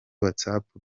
whatsapp